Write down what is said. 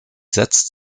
setzt